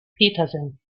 petersen